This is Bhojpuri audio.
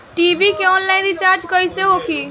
टी.वी के आनलाइन रिचार्ज कैसे होखी?